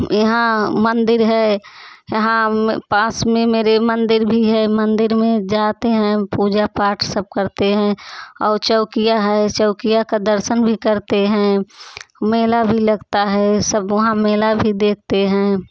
यहाँ मंदिर है यहाँ पास में मेरे मंदिर भी है मंदिर में जाते हैं पूजा पाठ सब करते हैं और चौकिया है चौकिया का दर्शन भी करते हैं मेला भी लगता है सब वहाँ मेला भी देखते हैं